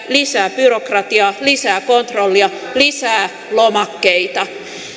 lisää byrokratiaa lisää kontrollia lisää lomakkeita